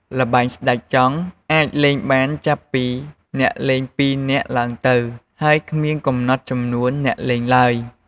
ល្បែងស្តេចចង់អាចលេងបានចាប់ពីអ្នកលេងពីរនាក់ឡើងទៅ ហើយគ្មានកំណត់ចំនួនអ្នកលេងឡើយ។